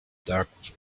darkness